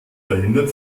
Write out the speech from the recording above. verhindert